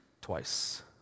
twice